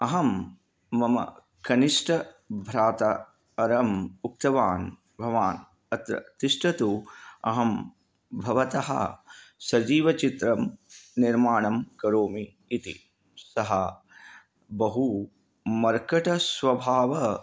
अहं मम कनिष्ठभ्राता अरम् उक्तवान् भवान् अत्र तिष्ठतु अहं भवतः सजीवचित्रं निर्माणं करोमि इति सः बहु मर्कटस्वभावः